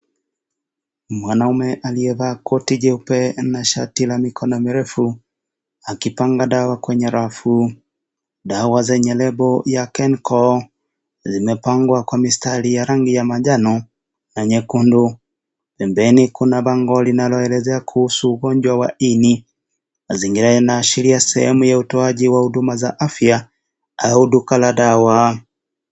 Mwanaume aliyevaa koti jeupe na shati la mikono mirefu akipanga dawa kwenye rafu. Dawa zanye label ya KENCO zimepangwa kwa mistari ya rangi ya manjano na nyekundu. Pembeni kuna bango linaloelezea kuhusu ugonjwa wa ini, zingine zinaashiria sehemu ya utoaji za huduma wa afya au duka la dawa.